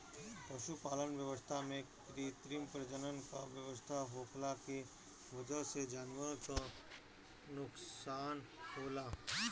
पशुपालन व्यवस्था में कृत्रिम प्रजनन क व्यवस्था होखला के वजह से जानवरन क नोकसान होला